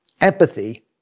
Empathy